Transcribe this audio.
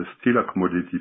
still-accommodative